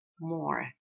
more